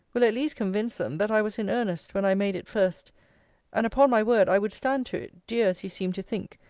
will at least convince them, that i was in earnest when i made it first and, upon my word, i would stand to it, dear as you seem to think,